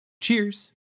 cheers